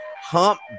Hump